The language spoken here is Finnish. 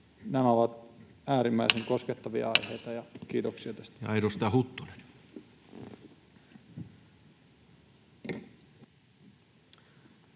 Nämä ovat äärimmäisen koskettavia aiheita, [Puhemies